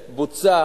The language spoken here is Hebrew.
בוצע.